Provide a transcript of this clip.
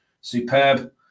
Superb